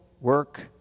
work